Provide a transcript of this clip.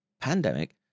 Pandemic